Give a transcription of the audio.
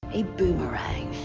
a boomerang.